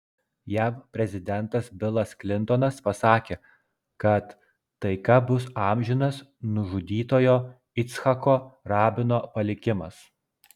jav prezidentas bilas klintonas pasakė kad taika bus amžinas nužudytojo icchako rabino palikimas